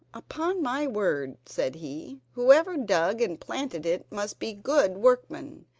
upon my word said he, whoever dug and planted it must be good workmen.